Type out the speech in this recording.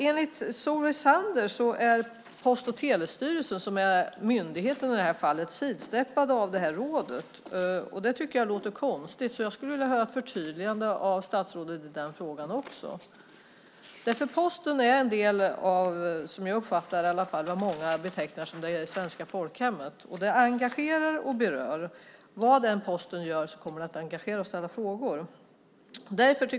Enligt Solveig Zander är myndigheten Post och telestyrelsen sidsteppad av rådet. Det låter konstigt. Jag skulle vilja höra ett förtydligande av statsrådet i den frågan. Posten är en del av - som jag uppfattar det - vad många betecknar som det svenska folkhemmet. Posten engagerar och berör. Vad än Posten gör kommer det att engagera oss och vi kommer att ställa frågor.